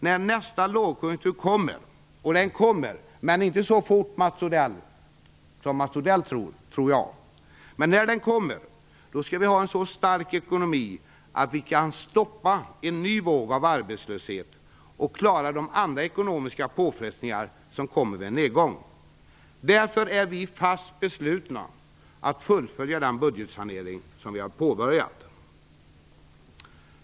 När nästa lågkonjunktur kommer - och den kommer, men inte så fort som Mats Odell tror - skall vi ha en så stark ekonomi att vi kan stoppa en ny våg av arbetslöshet och klara de andra ekonomiska påfrestningarna som kommer vid en nedgång. Därför är vi fast beslutna att fullfölja den budgetsanering som vi har påbörjat.